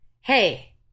hey